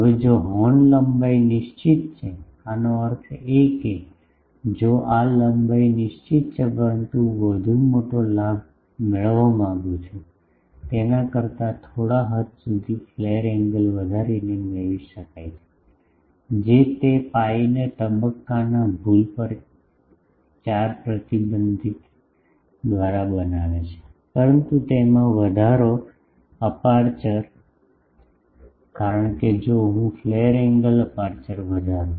હવે જો હોર્ન લંબાઈ નિશ્ચિત છે આનો અર્થ એ કે જો આ લંબાઈ નિશ્ચિત છે પરંતુ હું વધુ મોટો લાભ મેળવવા માંગું છું તેના કરતાં થોડા હદ સુધી ફ્લેર એંગલ વધારીને મેળવી શકાય છે જે તે પાઇને તબક્કાના ભૂલ પર 4 પ્રતિબંધ દ્વારા બનાવે છે પરંતુ તેમાં વધારો અપેરચ્યોર કારણ કે જો હું ફ્લેર એંગલ અપેરચ્યોર વધારું